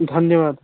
धन्यवादः